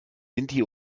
sinti